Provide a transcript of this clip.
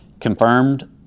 confirmed